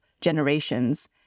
generations